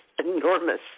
enormous